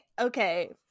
okay